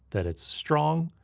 that it's strong,